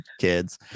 kids